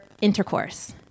intercourse